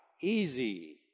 easy